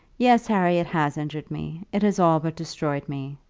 yes, harry, it has injured me it has all but destroyed me.